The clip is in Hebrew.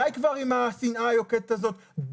די כבר עם השנאה היוקדת הזאת,